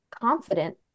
confident